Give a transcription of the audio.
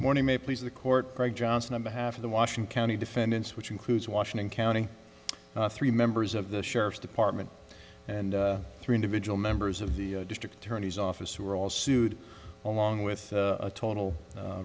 morning may please the court greg johnson on behalf of the washing county defendants which includes washington county three members of the sheriff's department and three individual members of the district attorney's office who are all sued along with a total